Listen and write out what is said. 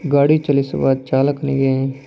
ಗಾಡಿ ಚಲಿಸುವ ಚಾಲಕನಿಗೆ